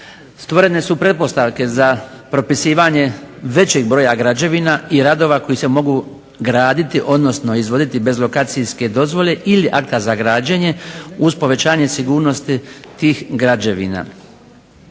Stvorene su pretpostavke za propisivanje većeg broja građevina i radova koji se mogu graditi odnosno izvoditi bez lokacijske dozvole ili akta za građenje uz povećanje sigurnosti tih građevina.